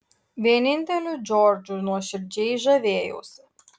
vieninteliu džordžu nuoširdžiai žavėjausi